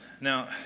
Now